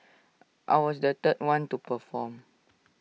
I was the third one to perform